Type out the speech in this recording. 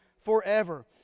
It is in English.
forever